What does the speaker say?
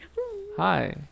Hi